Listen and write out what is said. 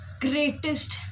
greatest